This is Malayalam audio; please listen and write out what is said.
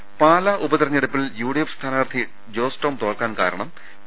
് പാലാ ഉപതിരഞ്ഞെടുപ്പിൽ യുഡിഎഫ് സ്ഥാനാർത്ഥി ജോസ് ടോം തോൽക്കാൻ കാരണം പി